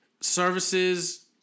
services